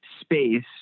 space